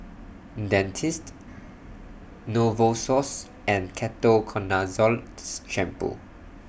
Dentiste Novosource and Ketoconazole Shampoo